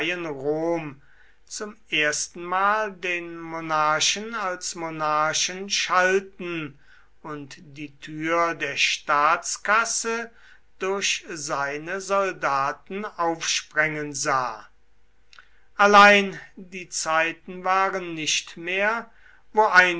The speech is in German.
rom zum erstenmal den monarchen als monarchen schalten und die tür der staatskasse durch seine soldaten aufsprengen sah allein die zeiten waren nicht mehr wo